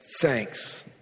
thanks